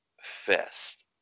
fest